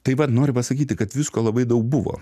tai vat noriu pasakyti kad visko labai daug buvo